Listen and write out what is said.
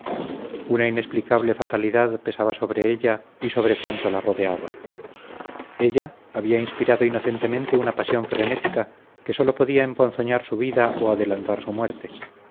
inexplicable fatalidad pesaba sobre ella y sobre cuanto la rodeaba ella había inspirado inocentemente una pasión frenética que sólo podía emponzoñar su vida o adelantar su muerte